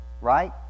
right